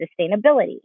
sustainability